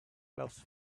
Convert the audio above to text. clubs